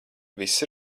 viss